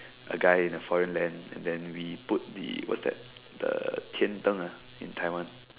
a guy in a foreign land and then we put the what's that the Tian-Deng ah in Taiwan